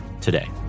today